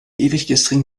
ewiggestrigen